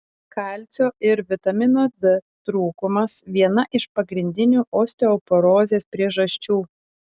kalcio ir vitamino d trūkumas viena iš pagrindinių osteoporozės priežasčių